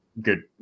good